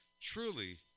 truly